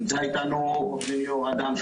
נמצא אתנו עו"ד ליאור אדם,